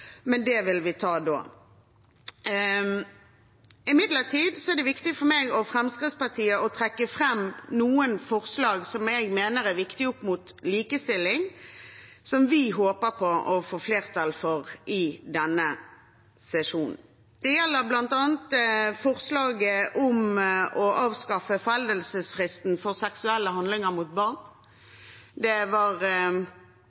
det vil vi ta da. Imidlertid er det viktig for meg og Fremskrittspartiet å trekke fram noen forslag som jeg mener er viktig med tanke på likestilling, som vi håper på å få flertall for i denne sesjonen. Det gjelder bl.a. forslaget om å avskaffe foreldelsesfristen for seksuelle handlinger mot